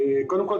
קודם כל,